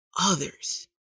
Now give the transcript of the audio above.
others